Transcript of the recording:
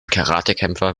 karatekämpfer